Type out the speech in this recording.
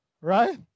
Right